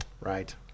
right